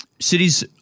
Cities